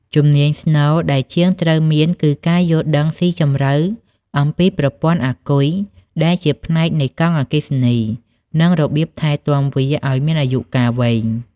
ជំនាញស្នូលដែលជាងត្រូវមានគឺការយល់ដឹងស៊ីជម្រៅអំពីប្រព័ន្ធអាគុយ ដែលជាផ្នែកនៃកង់អគ្គិសនី និងរបៀបថែទាំវាឱ្យមានអាយុកាលវែង។